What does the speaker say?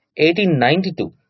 1892